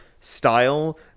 style